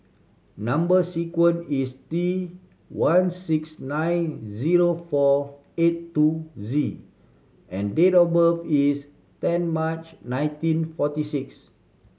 number sequence is T one six nine zero four eight two Z and date of birth is ten March nineteen forty six